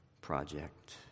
project